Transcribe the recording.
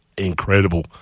Incredible